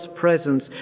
presence